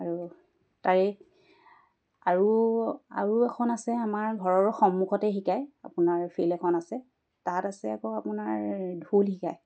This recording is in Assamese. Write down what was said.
আৰু তাৰে আৰু আৰু এখন আছে আমাৰ ঘৰৰ সন্মুখতে শিকায় আপোনাৰ ফিল্ড এখন আছে তাত আছে আকৌ আপোনাৰ ঢোল শিকায়